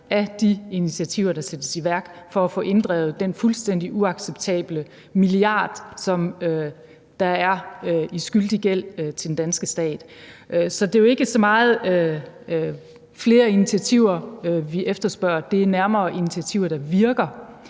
af de initiativer, der sættes i værk for at få inddrevet den milliard kroner, som der fuldstændig uacceptabelt er i skyldig gæld til den danske stat. Så det er jo ikke så meget flere initiativer, vi efterspørger; det er nærmere initiativer, der virker,